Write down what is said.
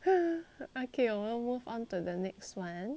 okay 我们 move on to the next one